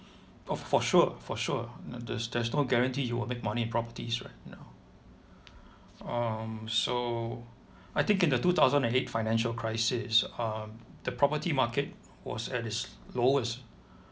for sure for sure there's there's no guarantee you will make money in properties right you know um so I think in the two thousand and eight financial crisis um the property market was at it's lowest